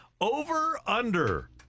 over-under